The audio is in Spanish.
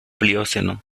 plioceno